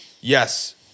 yes